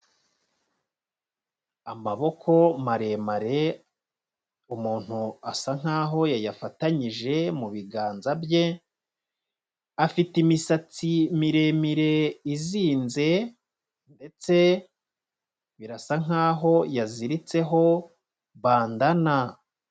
Amaboko maremare, umuntu asa nk'aho yayafatanyije muganza bye, afite imisatsi miremire izinze ndetse birasa nk'aho yaziritseho bandana.